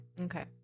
Okay